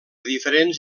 diferents